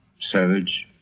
savage,